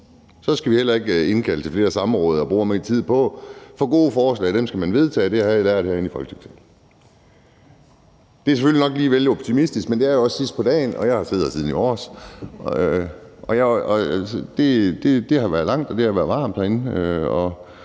Så skal vi heller ikke indkalde til flere samråd og bruge meget tid på det, for gode forslag skal man vedtage; det har jeg lært herinde i Folketingssalen. Det er selvfølgelig nok lige vel optimistisk, men det er jo også sidst på dagen, og jeg har siddet her siden i morges, og det har været lang tid, og det har været varmt herinde,